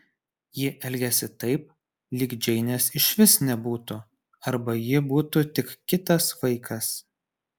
ji elgėsi taip lyg džeinės išvis nebūtų arba ji būtų tik kitas vaikas